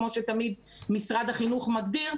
כמו שתמיד משרד החינוך מגדיר.